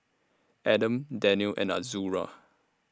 Adam Daniel and Azura